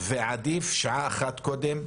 ועדיף שעה אחת קודם,